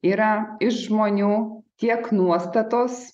yra iš žmonių tiek nuostatos